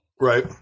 Right